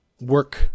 work